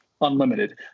unlimited